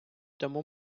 тому